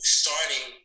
starting